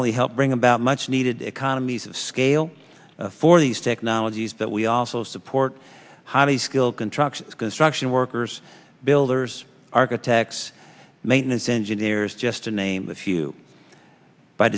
only help bring about much needed economies of scale for these technologies that we also support highly skilled contracts construction workers builders architects maintenance engineers just to name a few by